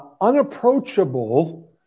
unapproachable